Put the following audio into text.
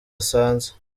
asanze